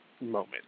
moment